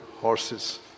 horses